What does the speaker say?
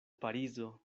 parizo